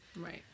right